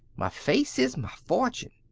muh face is muh fortune.